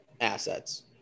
assets